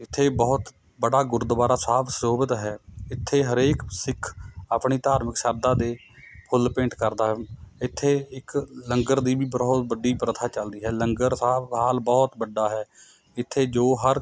ਇੱਥੇ ਬਹੁਤ ਬੜਾ ਗੁਰਦੁਆਰਾ ਸਾਹਿਬ ਸੁਸ਼ੋਭਿਤ ਹੈ ਇੱਥੇ ਹਰੇਕ ਸਿੱਖ ਆਪਣੀ ਧਾਰਮਿਕ ਸ਼ਰਧਾ ਦੇ ਫੁੱਲ ਭੇਂਟ ਕਰਦਾ ਹੈ ਇੱਥੇ ਇੱਕ ਲੰਗਰ ਦੀ ਵੀ ਬਹੁਤ ਵੱਡੀ ਪ੍ਰਥਾ ਚੱਲਦੀ ਹੈ ਲੰਗਰ ਸਾਹਿਬ ਹਾਲ ਬਹੁਤ ਵੱਡਾ ਹੈ ਇੱਥੇ ਜੋ ਹਰ